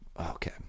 okay